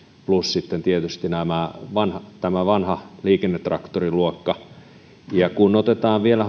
plus sitten tietysti tämä vanha liikennetraktoriluokka kun otetaan vielä